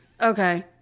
okay